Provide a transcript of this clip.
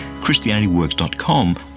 ChristianityWorks.com